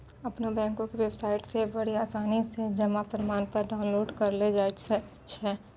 अपनो बैंको के बेबसाइटो से बड़ी आसानी से जमा प्रमाणपत्र डाउनलोड करलो जाय सकै छै